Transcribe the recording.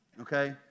okay